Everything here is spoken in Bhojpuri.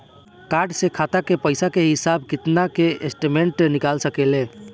कार्ड से खाता के पइसा के हिसाब किताब के स्टेटमेंट निकल सकेलऽ?